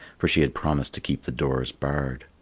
for she had promised to keep the doors barred.